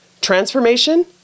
transformation